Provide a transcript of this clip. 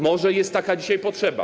Może jest taka dzisiaj potrzeba.